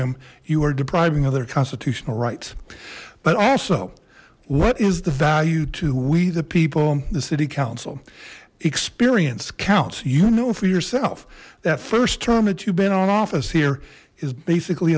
them you are depriving other constitutional rights but also what is the value to we the people the city council experience counts you know for yourself that first term that you've been on office here is basically